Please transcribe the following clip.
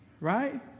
right